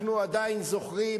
אנחנו עדיין זוכרים,